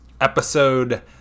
episode